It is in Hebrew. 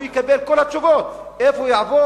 והוא יקבל את כל התשובות: איפה יעבוד,